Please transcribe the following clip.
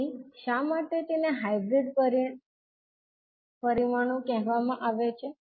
તેથી શા માટે તેઓને હાઇબ્રીડ કહેવામાં આવે છે